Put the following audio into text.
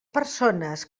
persones